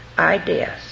Ideas